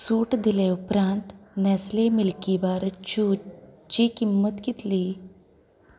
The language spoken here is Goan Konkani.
सूट दिल्या उपरांत नॅस्ले मिल्की बाराच्यो ची किंमत कितली